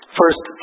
first